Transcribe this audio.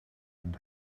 and